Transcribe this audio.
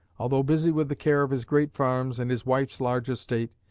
although busy with the care of his great farms and his wife's large estate,